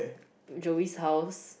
Joey's house